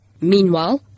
Meanwhile